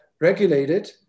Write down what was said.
regulated